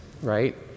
right